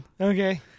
okay